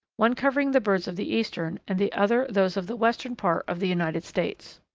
one covering the birds of the eastern and the other those of the western part of the united states.